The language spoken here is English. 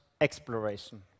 exploration